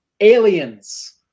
aliens